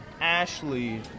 Ashley